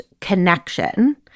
connection